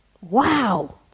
Wow